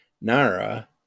Nara